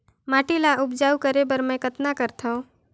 माटी ल उपजाऊ करे बर मै कतना करथव?